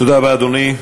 תודה רבה, אדוני.